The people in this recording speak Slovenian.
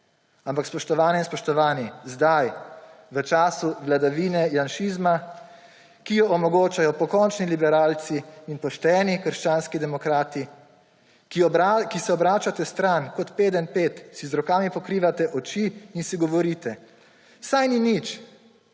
Ampak spoštovane in spoštovani, zdaj, v času vladavine janšizma, ki jo omogočate pokončni liberalci in pošteni krščanski demokrati, ki se obračate stran kot Pedenjped, si z rokami pokrivate oči in si govorite, »saj ni nič«,